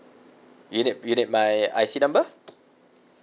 you need you need my I_C number